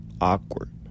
awkward